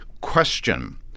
Question